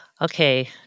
Okay